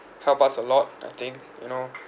help us a lot I think you know